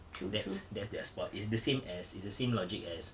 that that's their sport it's the same as it's the same logic as